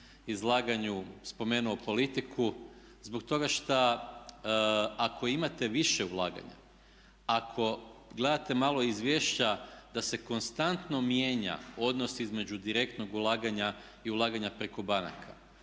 izlaganju spomenuo politiku zbog toga šta ako imate više ulaganja, ako gledate malo izvješća da se konstantno mijenja odnos između direktnog ulaganja i ulaganja preko banaka.